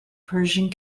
persian